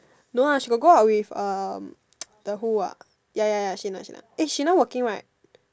no ah she got go out with err the who ah ya ya ya Shannon Shannon eh she now working right